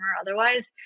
otherwise